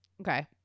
okay